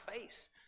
face